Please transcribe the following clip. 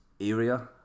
area